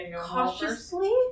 cautiously